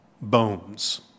bones